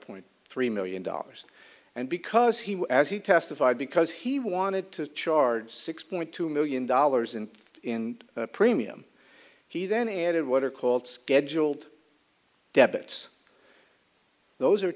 point three million dollars and because he was as he testified because he wanted to charge six point two million dollars in in premium he then added what are called scheduled debits those are